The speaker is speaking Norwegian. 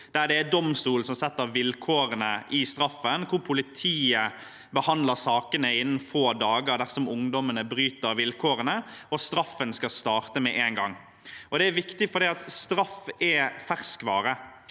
der det er domstolen som setter vilkårene i straffen, og der politiet behandler sakene innen få dager dersom ungdommene bryter vilkårene, og straffen skal starte med en gang. Det er viktig, for straff er ferskvare.